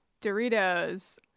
Doritos